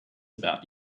about